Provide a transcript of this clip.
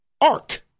arc